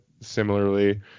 similarly